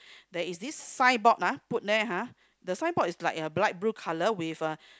there is this signboard ah put there ha the signboard is like a bright blue color with a